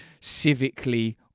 civically